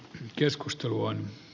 keskustelu on